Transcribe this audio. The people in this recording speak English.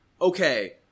okay